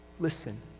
Listen